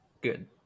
good